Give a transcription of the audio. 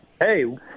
Hey